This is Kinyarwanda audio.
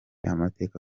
amateka